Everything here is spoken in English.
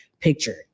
picture